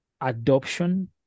adoption